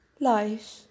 life